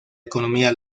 economía